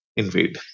invade